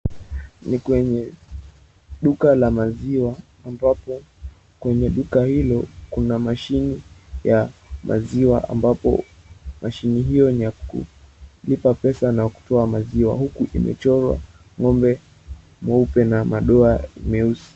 Ni kwenye duka la maziwa ambapo kwenye duka hilo kuna mashini ya maziwa ambapo mashini hiyo ni ya kulipa pesa na kutoa maziwa huku imechorwa ng'ombe mweupe na madoa meusi.